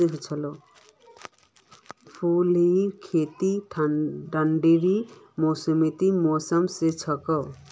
फूलेर खेती ठंडी मौसमत बेसी हछेक